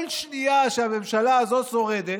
כל שנייה שהממשלה הזו שורדת